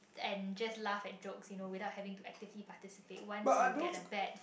and just laugh and jokes you know without having to actively participate once you get a bad